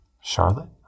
Charlotte